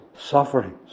sufferings